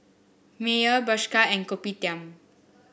Mayer Bershka and Kopitiam